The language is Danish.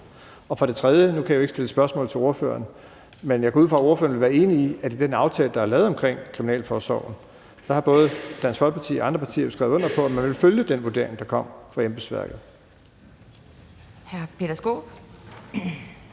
EU-retten. Nu kan jeg jo ikke stille spørgsmål til ordføreren, men jeg går ud fra, at ordføreren vil være enig i, at med den aftale, der er lavet omkring kriminalforsorgen, har både Dansk Folkeparti og andre partier jo skrevet under på, at man ville følge den vurdering, der kom fra embedsværket.